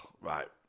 right